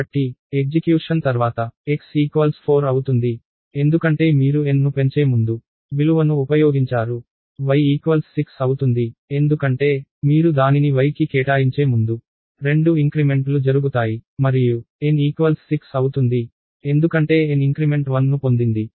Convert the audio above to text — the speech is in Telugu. కాబట్టి ఎగ్జిక్యూషన్ తర్వాత x4 అవుతుంది ఎందుకంటే మీరు n ను పెంచే ముందు విలువను ఉపయోగించారు y6 అవుతుంది ఎందుకంటే మీరు దానిని yకి కేటాయించే ముందు రెండు ఇంక్రిమెంట్లు జరుగుతాయి మరియు n6 అవుతుంది ఎందుకంటే n ఇంక్రిమెంట్ 1 ను పొందింది